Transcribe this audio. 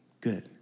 Good